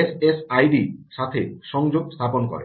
এসএসআইডিটির সাথে সংযোগ স্থাপন করে